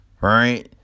right